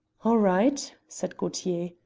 all right, said gaultier.